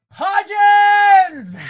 Hodges